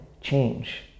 change